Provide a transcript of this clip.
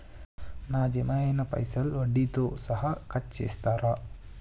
నా జమ అయినా పైసల్ వడ్డీతో సహా కట్ చేస్తరా?